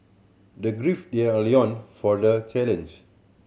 they their loin for the challenge